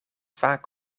vaak